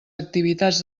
activitats